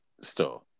store